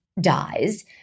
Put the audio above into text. dies